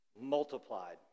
multiplied